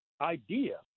idea